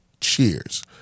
Cheers